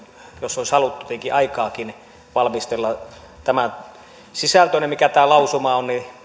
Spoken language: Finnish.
jos olisi haluttu tietenkin aikaakin valmistella myös tämän sisältöinen mikä tämä lausuma oli